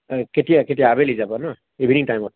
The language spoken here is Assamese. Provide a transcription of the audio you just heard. কেতিয়া কেতিয়া আবেলি যাবা ন'